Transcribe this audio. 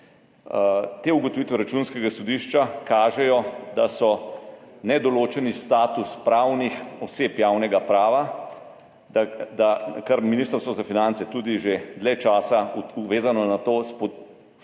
te ugotovitve Računskega sodišča kažejo, da so nedoločeni statusi pravnih oseb javnega prava. Ministrstvo za finance tudi že dlje časa vezano na to spodbuja